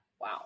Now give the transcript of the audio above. Wow